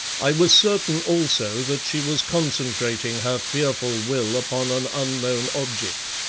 i was certain, also, that she was concentrating her fearful will upon an unknown object,